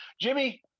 Jimmy